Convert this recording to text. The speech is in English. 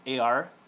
AR